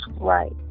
Right